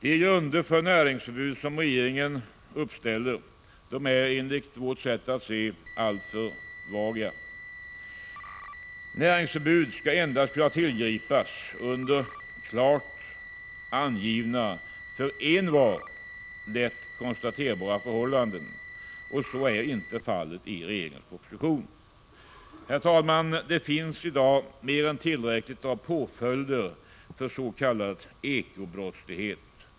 De grunder för näringsförbud som regeringen uppställer är enligt moderaternas sätt att se alldeles för vaga. Näringsförbud skall endast kunna tillgripas under klart angivna, för envar lätt konstaterbara förhållanden. Så är inte fallet i regeringens proposition. Herr talman! Det finns i dag mer än tillräckligt av påföljder för s.k. eko-brottslighet.